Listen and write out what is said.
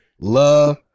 love